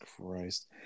christ